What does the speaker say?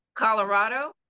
Colorado